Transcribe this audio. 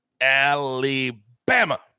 Alabama